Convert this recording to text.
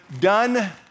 done